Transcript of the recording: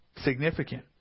significant